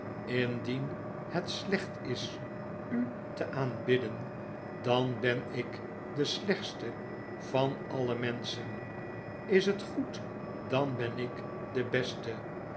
indien het slecht is u te aanbidden dan ben ik de slechtste van alle menschen is het goed dan ben ik de beste